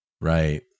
Right